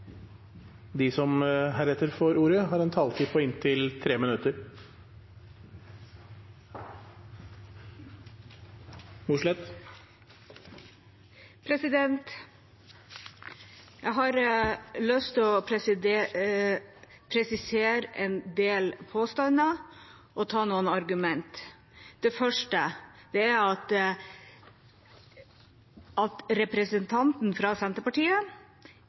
De talere som heretter får ordet, har en taletid på inntil 3 minutter. Jeg har lyst til å presisere en del påstander og komme med noen argument. Det første er at representanter fra Senterpartiet